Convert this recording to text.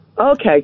Okay